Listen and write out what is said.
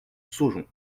saujon